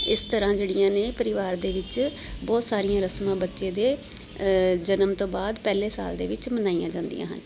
ਇਸ ਤਰ੍ਹਾਂ ਜਿਹੜੀਆਂ ਨੇ ਪਰਿਵਾਰ ਦੇ ਵਿੱਚ ਬਹੁਤ ਸਾਰੀਆਂ ਰਸਮਾਂ ਬੱਚੇ ਦੇ ਜਨਮ ਤੋਂ ਬਾਅਦ ਪਹਿਲੇ ਸਾਲ ਦੇ ਵਿੱਚ ਮਨਾਈਆਂ ਜਾਂਦੀਆਂ ਹਨ